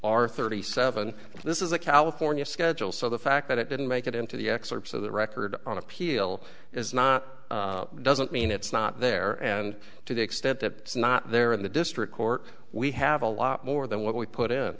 r thirty seven this is a california schedule so the fact that it didn't make it into the excerpts of the record on appeal is not doesn't mean it's not there and to the extent that not there in the district court we have a lot more than what we put in